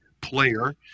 player